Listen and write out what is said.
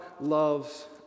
loves